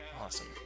awesome